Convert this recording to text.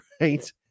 right